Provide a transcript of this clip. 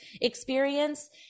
experience